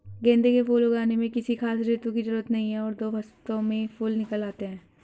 गेंदे के फूल उगाने में किसी खास ऋतू की जरूरत नहीं और दो हफ्तों में फूल निकल आते हैं